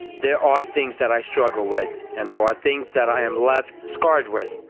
there are things that i struggle with and there are things that i am left scarred with.